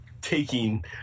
taking